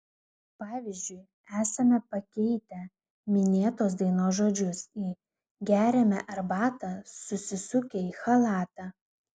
pavyzdžiui esame pakeitę minėtos dainos žodžius į geriame arbatą susisukę į chalatą